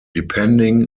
depending